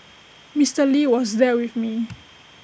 Mister lee was there with me